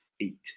eat